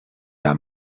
are